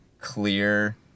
clear